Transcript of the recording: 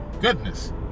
goodness